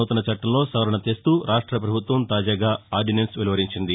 నూతన చట్టంలో సవరణ తెస్తూ రాష్ట పభుత్వం తాజాగా ఆర్దినెన్స్ వెలువరించింది